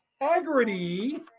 integrity